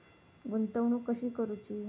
गुंतवणूक कशी करूची?